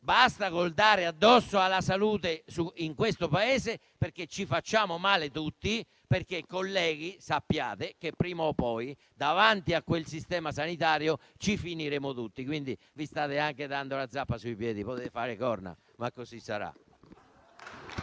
basta dare addosso alla salute in questo Paese, perché ci facciamo male tutti, perché, colleghi, sappiate che prima o poi, davanti a quel sistema sanitario, ci finiremo tutti, quindi vi state anche dando la zappa sui piedi. Potete fare le corna, ma così sarà.